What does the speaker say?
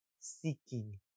seeking